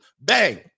bang